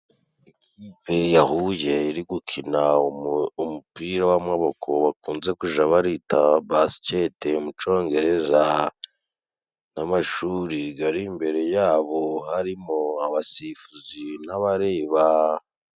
Aperi yahuye iri gukina umupira w'amaboko bakunze kuja barita basiketi mu congereza. N' amashuri gari imbere yabo harimo abasifuzi n'abareba.